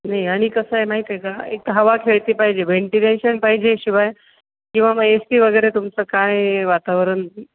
नाही आणि कसं आहे माहीती आहे का एक हवा खेळती पाहिजे वेंटिलेशन पाहिजे शिवाय किंवा मग ए सी वगैरे तुमचं काय वातावरण